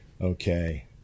Okay